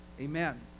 Amen